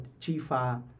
chifa